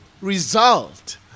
result